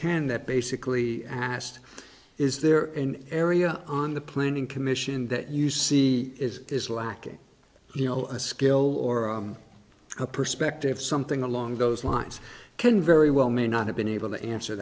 can that basically asked is there an area on the planning commission that you see is lacking you know a skill or perspective something along those lines can very well may not have been able to answer